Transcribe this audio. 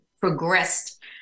progressed